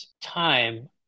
time